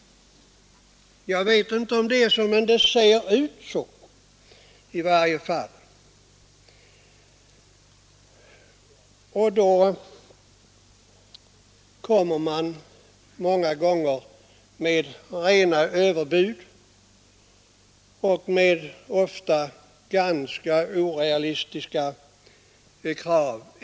Jag vet inte om man resonerar på det sättet, men det ser ut så i varje fall. Och då kommer man många gånger med rena överbud och med ofta ganska orealistiska krav.